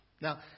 Now